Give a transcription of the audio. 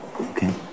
Okay